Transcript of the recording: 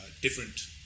different